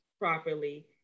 properly